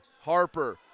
Harper